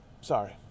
Sorry